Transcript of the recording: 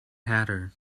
hatter